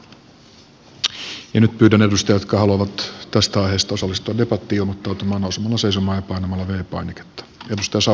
nyt pyydän edustajia jotka haluavat tästä aiheesta osallistua debattiin ilmoittautumaan nousemalla seisomaan ja painamalla v painiketta